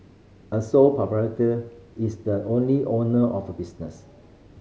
a sole proprietor is the only owner of a business